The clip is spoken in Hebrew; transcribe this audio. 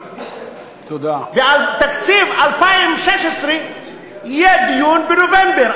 ועל תקציב 2016 יהיה דיון בנובמבר.